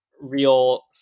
real